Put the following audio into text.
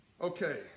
Okay